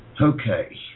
Okay